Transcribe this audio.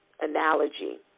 analogy